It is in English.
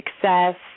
success